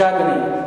שר התקשורת.